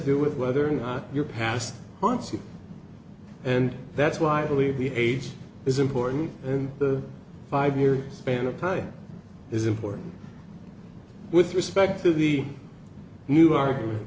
do with whether or not you're passed on to and that's why i believe the age is important and the five year span of time is important with respect to the new argument